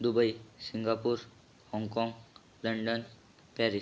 Dubai Singapore हाँगकाँग London Paris